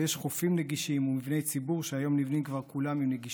ויש חופים נגישים ויש הרבה עלייה במודעות,